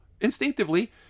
instinctively